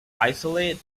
isolate